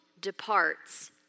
departs